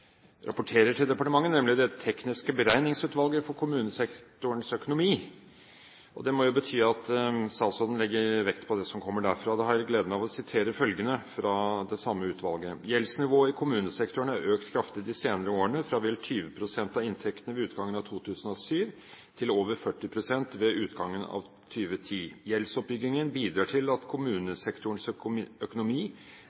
rapporterer om kommuneøkonomien til departementet, nemlig Det tekniske beregningsutvalg. Det må jo bety at statsråden legger vekt på det som kommer derfra. Da har jeg gleden av å sitere følgende fra det samme utvalget: «Gjeldsnivået i kommunesektoren har økt kraftig de senere årene, fra vel 20 pst. av inntektene ved utgangen av 2007 til over 40 pst. ved utgangen av 2010. Gjeldsoppbyggingen bidrar til at